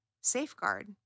safeguard